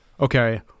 okay